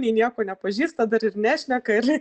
nei nieko nepažįsta dar ir nešneka ir